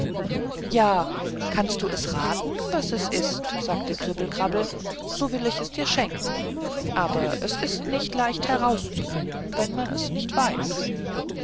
ja kannst du raten was es ist sagte kribbel krabbel so will ich es dir schenken aber es ist nicht leicht herauszufinden wenn man es nicht weiß